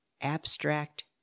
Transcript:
abstract